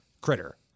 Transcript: critter